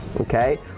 okay